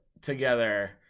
together